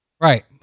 Right